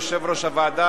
יושב-ראש ועדת